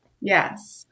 Yes